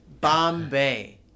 Bombay